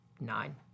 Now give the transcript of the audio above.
nine